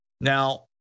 Now